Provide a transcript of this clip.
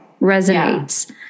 resonates